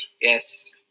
Yes